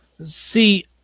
See